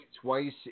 twice